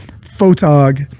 photog